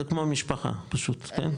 זה כמו משפחה, כן?